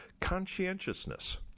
conscientiousness